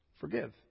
forgive